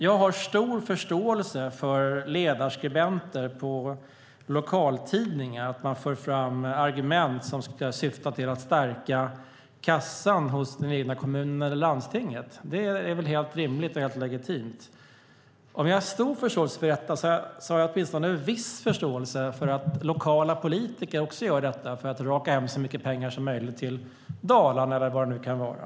Jag har stor förståelse för ledarskribenter som i lokaltidningar för fram argument som ska syfta till att stärka kassan hos den egna kommunen eller det egna landstinget. Det är helt rimligt och legitimt. Om jag har stor förståelse för det har jag åtminstone viss förståelse för att lokala politiker också gör det för att raka hem så mycket pengar som möjligt till Dalarna eller vad det nu kan vara.